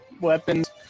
weapons